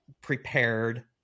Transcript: prepared